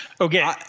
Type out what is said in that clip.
okay